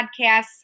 podcasts